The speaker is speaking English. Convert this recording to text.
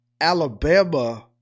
Alabama –